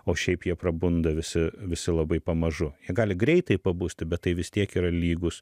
o šiaip jie prabunda visi visi labai pamažu jie gali greitai pabusti bet tai vis tiek yra lygus